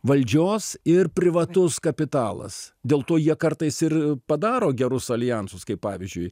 valdžios ir privatus kapitalas dėl to jie kartais ir padaro gerus aljansus kaip pavyzdžiui